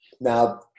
Now